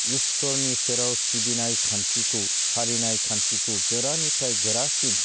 इसोरनि सेराव सिबिनाय खान्थिखौ फालिनाय खान्थिखौ गोरानिफ्राय गोरासिन